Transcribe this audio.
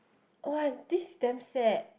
!wah! this damn sad